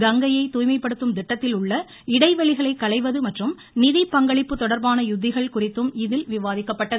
கங்கையை தாய்மைப்படுத்தும் திட்டத்தில் உள்ள இடைவெளிகளை களைவது மற்றும் நிதி பங்களிப்பு தொடா்பான யுக்திகள் குறித்தும் இதில் விவாதிக்கப்பட்டது